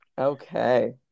Okay